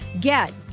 Get